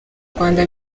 rwanda